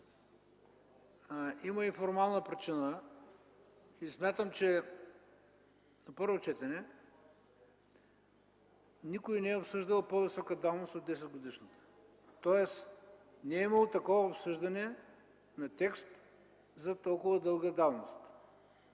Има и формална причина. Смятам, че на първо четене никой не е обсъждал по-висока давност от 10-годишната. Тоест, не е имало такова обсъждане на текст за толкова дълга давност.